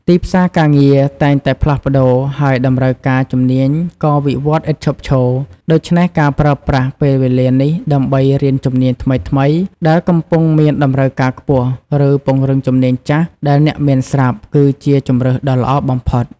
ទីផ្សារការងារតែងតែផ្លាស់ប្តូរ ហើយតម្រូវការជំនាញក៏វិវត្តន៍ឥតឈប់ឈរ ដូច្នេះការប្រើប្រាស់ពេលវេលានេះដើម្បីរៀនជំនាញថ្មីៗដែលកំពុងមានតម្រូវការខ្ពស់ ឬពង្រឹងជំនាញចាស់ដែលអ្នកមានស្រាប់ គឺជាជម្រើសដ៏ល្អបំផុត។